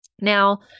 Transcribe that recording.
Now